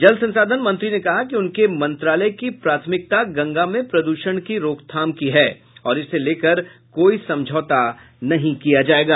जल संसाधन मंत्री ने कहा कि उनके मंत्रालय की प्राथमिकता गंगा में प्रद्षण के रोकथाम की है और इसको लेकर कोई समझौता नहीं किया जाएगा